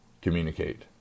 communicate